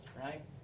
Right